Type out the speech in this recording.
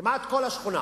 כמעט את כל השכונה